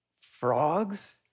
Frogs